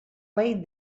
laid